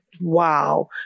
wow